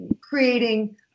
creating